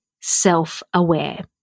self-aware